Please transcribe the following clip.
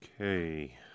Okay